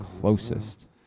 closest